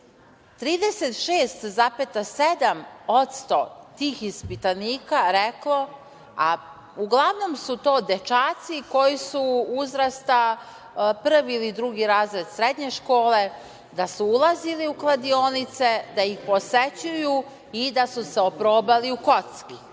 36,7% tih ispitanika reklo, a uglavnom su to dečaci koji su uzrasta prvi ili drugi razred srednje škole, da su ulazili u kladionice, da ih posećuju i da su se oprobali u kocki.